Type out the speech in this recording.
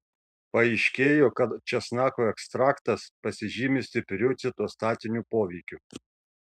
paaiškėjo kad česnako ekstraktas pasižymi stipriu citostatiniu poveikiu